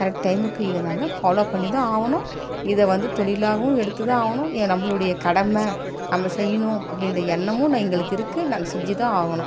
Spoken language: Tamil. கரெக்ட் டைமுக்கு இதை நாங்கள் ஃபாலோ பண்ணிதான் ஆகணும் இதை வந்து தொழிலாகவும் எடுத்துதான் ஆகணும் நம்பளுடைய கடமை நம்ம செய்யணும் அப்படின்ற எண்ணமும் எங்களுக்கு இருக்குது நாங்கள் செஞ்சுதான் ஆகணும்